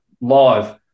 live